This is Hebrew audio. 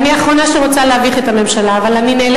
אני האחרונה שרוצה להביך את הממשלה,